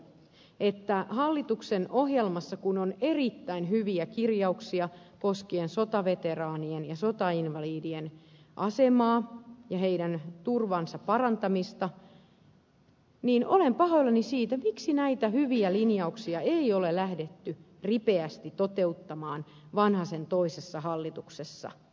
kun hallituksen ohjelmassa on erittäin hyviä kirjauksia koskien sotaveteraanien ja sotainvalidien asemaa ja heidän turvansa parantamista niin olen pahoillani siitä miksi näitä hyviä linjauksia ei ole lähdetty ripeästi toteuttamaan vanhasen toisessa hallituksessa